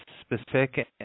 specific